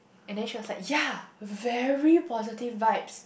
and then she was like ya very positive vibes